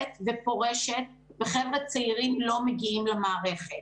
ופורשת וחבר'ה צעירים לא מגיעים למערכת.